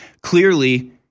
Clearly